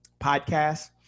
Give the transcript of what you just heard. Podcast